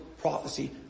prophecy